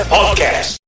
Podcast